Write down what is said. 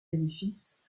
édifice